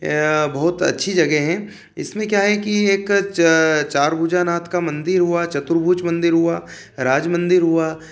ए बहुत अच्छी जगह है इसमें क्या है कि एक च चारभुजा नाथ का मंदिर हुआ चतुर्भुज मंदिर हुआ राज मंदिर हुआ